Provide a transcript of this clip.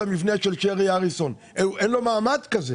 המבנה של שרי אריסון; אין לו מעמד כזה,